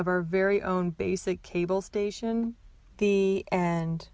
of our very own basic cable station the